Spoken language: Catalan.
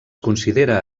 considera